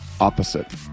opposite